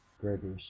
Gregory